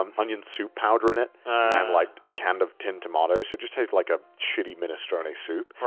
um onion soup powder in it and like a can of tinned tomatoes. so just take like a shitty minestrone soup. right.